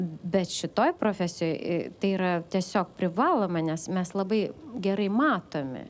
bet šitoj profesijoj tai yra tiesiog privaloma nes mes labai gerai matomi